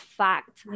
fact